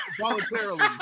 voluntarily